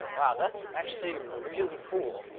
wow, that's actually really cool.